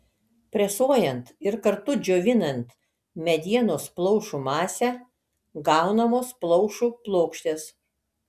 presuojant ir kartu džiovinant medienos plaušų masę gaunamos plaušų plokštės